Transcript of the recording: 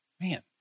Man